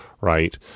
right